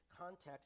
context